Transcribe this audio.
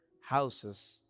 houses